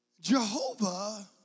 Jehovah